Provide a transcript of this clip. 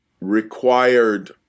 required